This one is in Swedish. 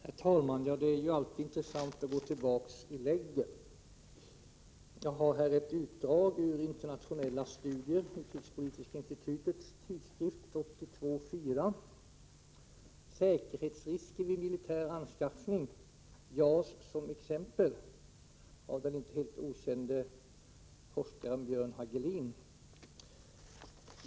Herr talman! Det är alltid intressant att gå tillbaks i handlingarna. Jag har här framför mig ett utdrag ur Utrikespolitiska institutets tidskrift Internationella Studier 1982:4 rubricerat ”Säkerhetsrisker vid militär anskaffning: JAS som exempel”. Den är skriven av den inte helt okände forskaren Björn Hagelin.